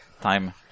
time